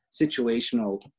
situational